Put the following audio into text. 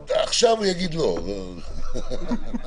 הלאה.